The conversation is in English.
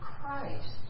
Christ